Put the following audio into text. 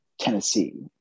Tennessee